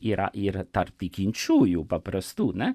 yra ir tarp tikinčiųjų paprastų ne